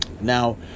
Now